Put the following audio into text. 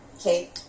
okay